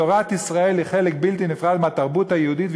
תורת ישראל היא חלק בלתי נפרד מהתרבות היהודית,